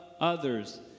others